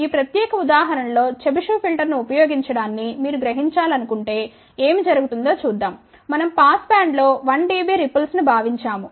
ఈ ప్రత్యేక ఉదాహరణ లో చెబిషెవ్ ఫిల్టర్ను ఉపయోగించడాన్ని మీరు గ్రహించాలనుకుంటే ఏమి జరుగుతుందో చూద్దాం మనం పాస్ బ్యాండ్లో 1 డిబి రిపుల్స్ ని భావించాము